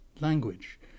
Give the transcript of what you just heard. language